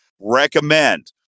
recommend